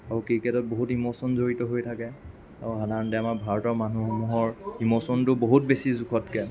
আৰু ক্ৰিকেটত বহুত ইমোশ্য়োন জড়িত হৈ থাকে আৰু সাধাৰণতে আমাৰ ভাৰতৰ মানুহসমূহৰ ইমোশ্য়োনটো বহুত বেছি জোখতকৈ